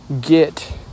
get